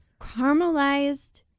caramelized